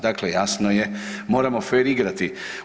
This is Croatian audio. Dakle, jasno je moramo fer igrati.